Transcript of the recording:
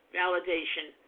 validation